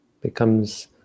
becomes